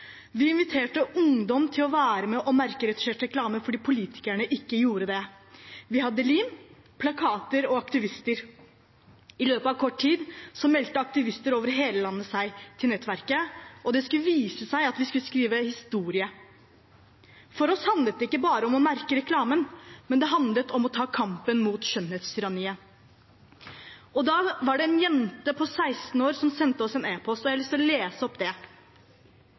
Vi inviterte ungdom til å være med og merke retusjert reklame fordi politikerne ikke gjorde det. Vi hadde lim, plakater og aktivister. I løpet av kort tid meldte aktivister over hele landet seg til nettverket, og det skulle vise seg at vi skulle skrive historie. For oss handlet det ikke bare om å merke reklamen; det handlet om å ta opp kampen mot skjønnhetstyranniet. Da var det en jente på 16 år som sendte oss en e-post, og jeg har lyst til å lese opp